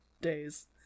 days